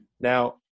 Now